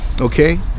okay